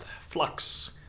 Flux